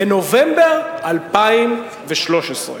בנובמבר 2013,